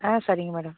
ஆ சரிங்க மேடம்